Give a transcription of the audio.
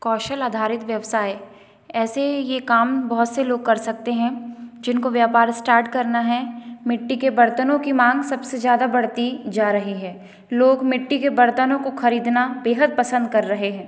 कौशल आधारित व्यवसाय ऐसे यह काम बहुत से लोग कर सकते हैं जिनको व्यापार स्टार्ट करना है मिट्टी के बर्तनों की मांग सबसे ज़्यादा बढ़ती जा रही है लोग मिट्टी के बर्तनों को खरीदना बेहद पसंद कर रहें हैं